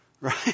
Right